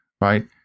right